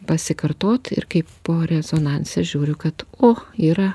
pasikartot ir kaip po rezonanse žiūriu kad o yra